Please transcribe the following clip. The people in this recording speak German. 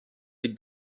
die